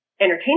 entertain